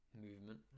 Movement